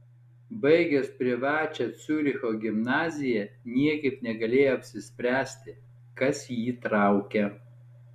baigęs privačią ciuricho gimnaziją niekaip negalėjo apsispręsti kas jį traukia